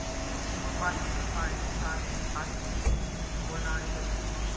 रेशीमपाहीन साडी, शाल, हात पिशीबी बनाडतस